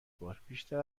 بار، بیشتر